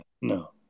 no